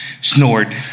snored